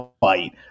fight